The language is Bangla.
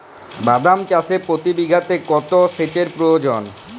বাদাম চাষে প্রতি বিঘাতে কত সেচের প্রয়োজন?